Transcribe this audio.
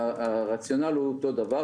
הרציונל הוא אותו דבר,